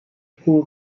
poor